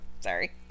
sorry